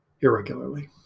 irregularly